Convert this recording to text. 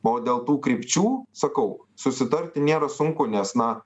o dėl tų krypčių sakau susitarti nėra sunku nes na